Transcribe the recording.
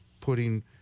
putting